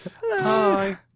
Hi